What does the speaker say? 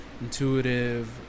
intuitive